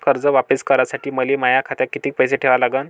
कर्ज वापिस करासाठी मले माया खात्यात कितीक पैसे ठेवा लागन?